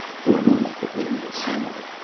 for a moment the room was silent.